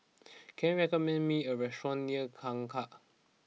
can you recommend me a restaurant near Kangkar